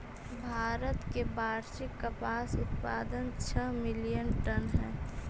भारत के वार्षिक कपास उत्पाद छः मिलियन टन हई